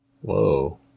Whoa